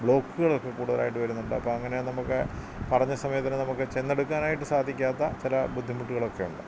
ബ്ലോക്കുകളൊക്കെ കൂടുതലായിട്ട് വരുന്നുണ്ട് അപ്പോള് അങ്ങനെ നമുക്ക് പറഞ്ഞ സമയത്തിന് നമുക്ക് ചെന്നെടുക്കാനായിട്ട് സാധിക്കാത്ത ചില ബുദ്ധിമുട്ടുകളൊക്കെയുണ്ട്